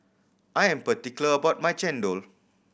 I am particular about my chendol